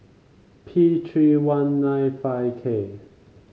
P three one nine five K